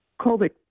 COVID